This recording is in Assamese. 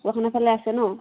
ঢকুৱাখানাফালে আছে ন